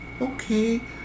okay